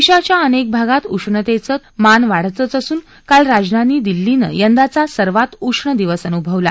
दक्षीव्या अनक्की भागात उष्णतक्षी मान वाढतंच असून काल राजधानी दिल्लीन उंदाचा सर्वात उष्ण दिवस अनुभवला